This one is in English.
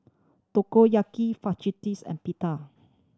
Takoyaki and Pita